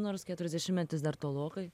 nors keturiasdešimtmetis dar tolokai